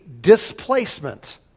displacement